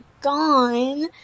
gone